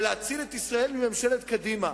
ולהציל את ישראל מממשלת קדימה.